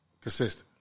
Consistent